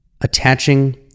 attaching